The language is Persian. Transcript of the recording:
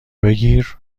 بگیر